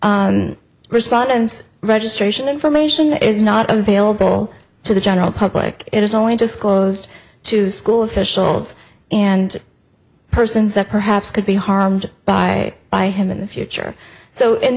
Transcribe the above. respondents registration information is not available to the general public it is only just closed to school officials and persons that perhaps could be harmed by by him in the future so in